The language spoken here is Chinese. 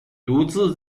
独自